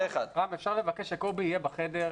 אפשר לבקש שקובי בר נתן יהיה בחדר?